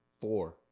Four